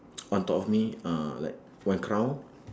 on top of me uh like one crown